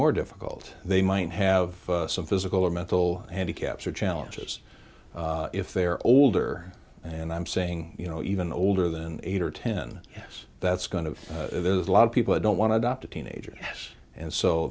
more difficult they might have some physical or mental handicaps or challenges if they're older and i'm saying you know even older than eight or ten yes that's going to there's a lot of people who don't want to adopt a teenager yes and so